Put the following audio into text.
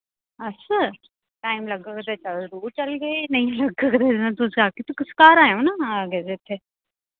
अच्छा टाइम लगग ते रोज निकलगे नेईं लगग ते तुस घर आयो न